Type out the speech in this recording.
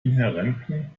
inhärenten